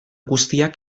guztiak